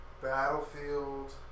Battlefield